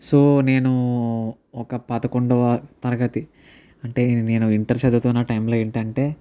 so నేను ఒక పదకొండొవ తరగతి అంటే నేను ఇంటర్ చదువుతున్న టైంలో ఏంటి అంటే